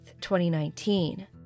2019